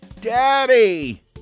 Daddy